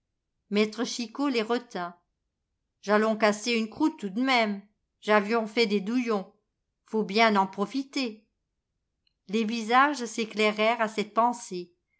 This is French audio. maître chicot les retint j'allons casser une croûte tout d'même j'avions fait des douillons faut bien n'en profiter les visages s'éclairèrent à cette pensée